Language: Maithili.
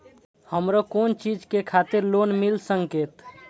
हमरो कोन चीज के खातिर लोन मिल संकेत?